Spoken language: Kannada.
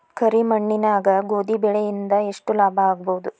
ಕರಿ ಮಣ್ಣಾಗ ಗೋಧಿ ಬೆಳಿ ಇಂದ ಎಷ್ಟ ಲಾಭ ಆಗಬಹುದ?